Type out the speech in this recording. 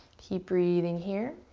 keep breathing, here.